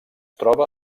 troba